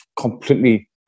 completely